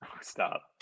stop